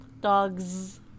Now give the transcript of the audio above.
Dogs